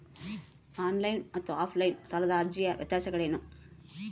On line ಮತ್ತು offline ಸಾಲದ ಅರ್ಜಿಯ ವ್ಯತ್ಯಾಸಗಳೇನು?